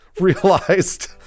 realized